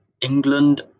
England